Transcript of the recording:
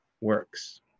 works